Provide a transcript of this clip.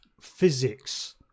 physics